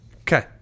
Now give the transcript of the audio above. Okay